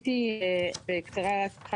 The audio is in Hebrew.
בקצרה,